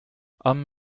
umm